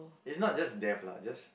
it's not just death lah just